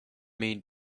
mean